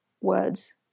words